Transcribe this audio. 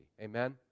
Amen